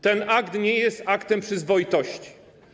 Ten akt nie jest aktem przyzwoitości.